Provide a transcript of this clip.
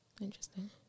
Interesting